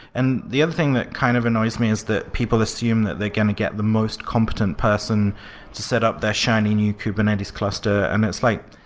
and the other thing that kind of annoys me is that people assume that they're going to get the most competent person set up their shiny new kubernetes cluster, and it's like,